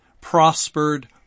prospered